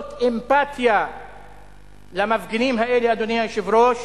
לגלות אמפתיה למפגינים האלה, אדוני היושב-ראש,